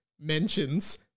mentions